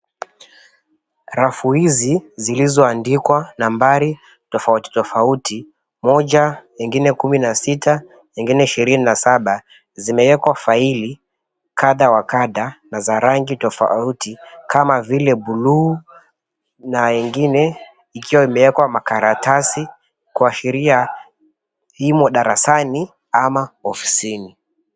Rafu hizi zilizoandikwa nambari tofauti tofauti moja, ingine kumi na sita ingine ishirini na saba zimewekwa faili kadhaa wa kadhaa na za rangi tofauti kama vile bluu na ingine ikiwa imewekwa makaratasi kuashiria imo darasani ama afisini.